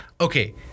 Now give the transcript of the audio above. okay